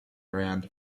round